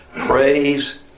Praise